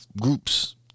groups